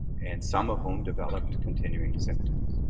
and some of whom developed continuing symptoms.